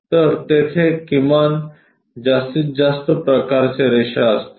तर तेथे किमान जास्तीत जास्त प्रकारच्या रेषा असतील